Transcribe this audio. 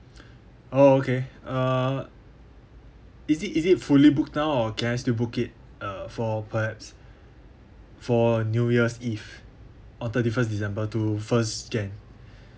oh okay uh is it is it fully booked now or can I still book it uh for perhaps for new year's eve on thirty first december to first jan